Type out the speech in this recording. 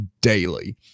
daily